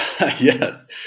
Yes